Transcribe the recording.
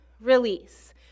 release